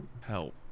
help